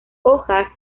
hojas